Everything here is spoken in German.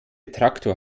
traktor